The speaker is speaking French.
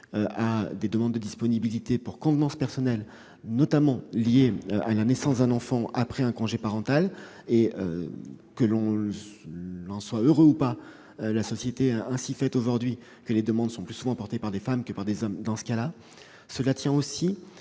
à des demandes de disponibilité pour convenance personnelle, notamment liées à la naissance d'un enfant après un congé parental- que l'on s'en réjouisse ou pas, la société est ainsi faite aujourd'hui que les demandes sont plus souvent portées par des femmes que par des hommes dans ce cas-là -ou à des